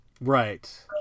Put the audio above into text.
Right